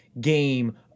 game